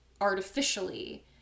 artificially